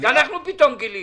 זה אנחנו פתאום גילינו.